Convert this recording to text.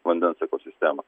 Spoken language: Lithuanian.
vandens ekosistemą